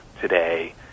today